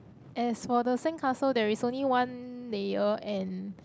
as for the sandcastle there is only one layer and